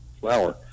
flower